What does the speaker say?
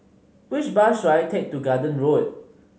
which bus should I take to Garden Road